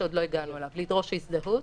שעוד לא הגענו אליו: לדרוש הזדהות,